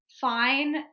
fine